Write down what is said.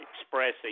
expressing